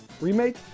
remake